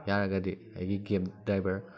ꯌꯥꯔꯒꯗꯤ ꯑꯩꯒꯤ cab driver